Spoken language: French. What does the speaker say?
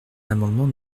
l’amendement